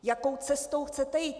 Jakou cestou chcete jít?